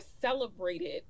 celebrated